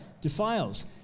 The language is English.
defiles